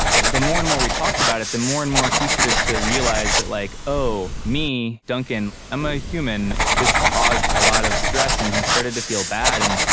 the more and more we talked about it the more and more he started to realize that like oh me, duncan, like i'm a human. this caused a lot of stress and he started to feel bad and,